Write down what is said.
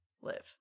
live